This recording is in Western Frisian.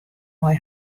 mei